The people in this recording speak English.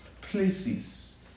places